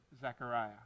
Zechariah